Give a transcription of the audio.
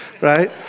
right